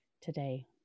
today